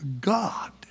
God